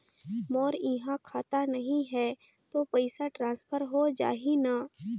मोर इहां खाता नहीं है तो पइसा ट्रांसफर हो जाही न?